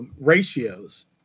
ratios